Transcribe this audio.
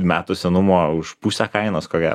metų senumo už pusę kainos ko gero